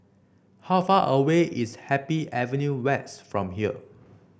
how far away is Happy Avenue West from here